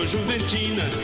Juventina